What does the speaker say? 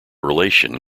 relation